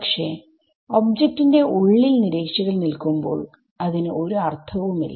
പക്ഷെ ഒബ്ജക്റ്റ് ന്റെ ഉള്ളിൽ നിരീക്ഷകൻ നിൽക്കുമ്പോൾ അതിനു ഒരു അർഥവുമില്ല